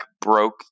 broke